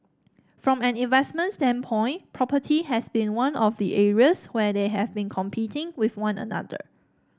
from an investment standpoint property has been one of the areas where they have been competing with one another